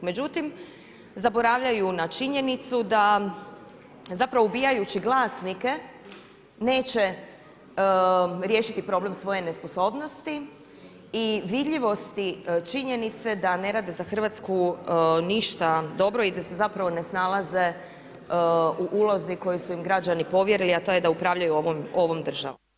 Međutim, zaboravljaju na činjenicu da zapravo ubijajući glasnike neće riješiti problem svoje nesposobnosti i vidljivosti činjenice da ne rade za Hrvatsku ništa dobro i da se zapravo ne snalaze u ulozi koju su im građani povjerili, a to je da upravljaju ovom državom.